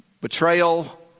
betrayal